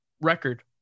record